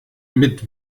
mit